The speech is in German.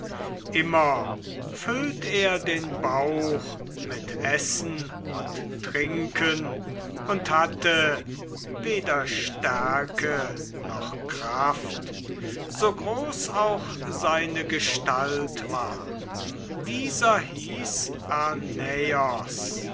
immer füllt er den bauch mit essen und trinken und hatte weder stärke noch kraft so groß auch seine gestalt war dieser hieß